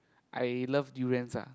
I love durians ah